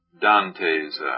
Dante's